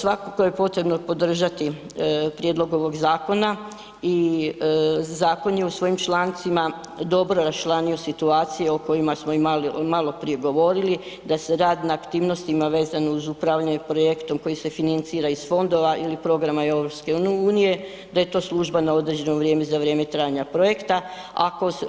Svakako je potrebno podržati prijedlog ovog zakona i zakon je u svojim člancima dobro raščlanio situacije o kojima smo imali, malo prije govorili da se rad na aktivnostima vezano uz upravljanje projektom koji se financira iz fondova ili programa EU, da je to služba na određeno vrijeme za vrijeme trajanja projekta,